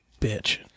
bitch